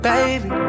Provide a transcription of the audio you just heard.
Baby